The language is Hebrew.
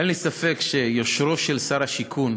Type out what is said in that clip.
אין לי ספק שביושרו של שר השיכון,